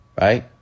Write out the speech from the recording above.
right